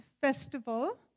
festival